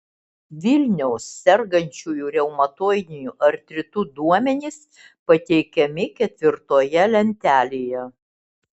vilniaus sergančiųjų reumatoidiniu artritu duomenys pateikiami ketvirtoje lentelėje